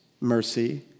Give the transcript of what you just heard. mercy